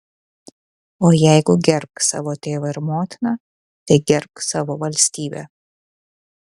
o jeigu gerbk savo tėvą ir motiną tai gerbk savo valstybę